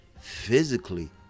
physically